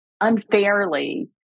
unfairly